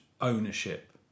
ownership